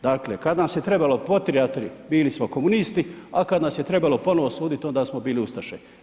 Dakle, kad nas se trebalo potjerati bili smo komunisti, a kad nam je trebalo ponovo suditi onda smo bili ustaše.